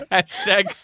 Hashtag